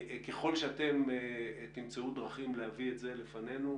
ככל שאתם תמצאו דרכים להביא את זה לפנינו,